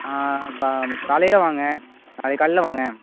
கா காலையில் வாங்க நாளைக்கு காலைல வாங்க